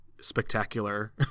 spectacular